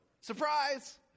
Surprise